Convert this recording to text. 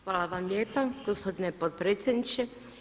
Hvala vam lijepa gospodine potpredsjedniče.